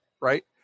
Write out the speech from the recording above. Right